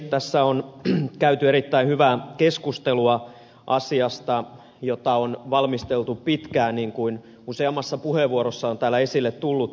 tässä on käyty erittäin hyvää keskustelua asiasta jota on valmisteltu pitkään niin kuin useammassa puheenvuorossa on täällä esille tullut